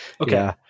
okay